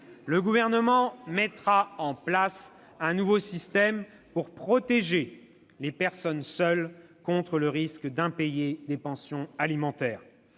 le Gouvernement mettra en place un nouveau système pour protéger les personnes seules contre le risque d'impayés des pensions alimentaires.